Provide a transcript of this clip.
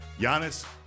Giannis